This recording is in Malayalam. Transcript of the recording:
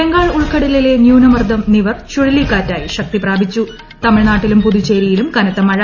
ബംഗാൾ ഉൾക്കടലിലെ ന്യൂനമർദ്ദം നിവർ ചുഴലിക്കാറ്റായി ശക്തി പ്രാപിച്ചു തമിഴ്നാട്ടിലും പുതുച്ചേരിയിലും കനത്ത മഴ